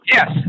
Yes